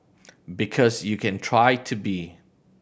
because you can try to be